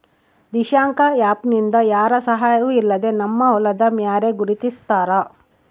Dishank app ನಿಂದ ಯಾರ ಸಹಾಯವೂ ಇಲ್ಲದೆ ನಮ್ಮ ಹೊಲದ ಮ್ಯಾರೆ ಗುರುತಿಸ್ತಾರ